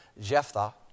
Jephthah